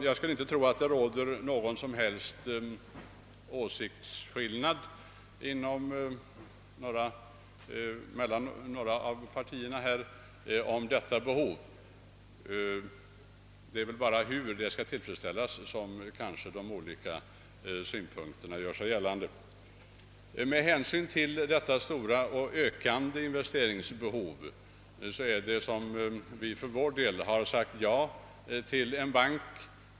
Jag skulle inte tro att det råder någon som helst åsiktsskillnad mellan partierna beträffande detta behov; det är väl bara i fråga om hur det skall tillfredsställas som olika synpunkter gör sig gällande. Med hänsyn till detta stora och ökande investeringsbehov har vi accepterat förslaget om en ny bank.